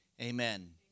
Amen